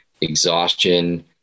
exhaustion